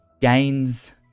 gains